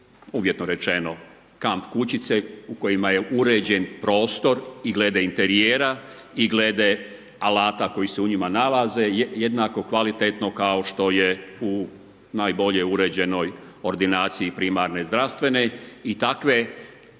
uvjetno rečeno kamp kućice u kojima je uređen prostor i glede interijera i glede alata koji se u njima nalaze jednako kvalitetno kao što je u najbolje uređenoj ordinaciji primarne zdravstvene. I takve